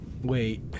wait